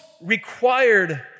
required